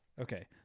Okay